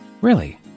Really